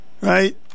Right